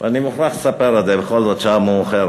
ואני מוכרח לספר את זה, בכל זאת, שעה מאוחרת.